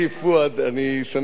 אני שמח לראותו בריא ושלם.